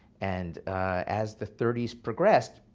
and as the thirty s progressed,